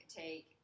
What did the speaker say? take